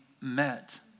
met